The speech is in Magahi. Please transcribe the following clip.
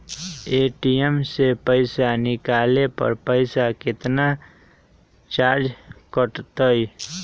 ए.टी.एम से पईसा निकाले पर पईसा केतना चार्ज कटतई?